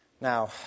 Now